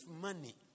money